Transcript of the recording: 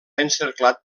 encerclat